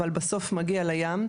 אבל בסוף מגיע לים.